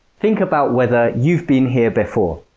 think about whether you've been here before.